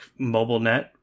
MobileNet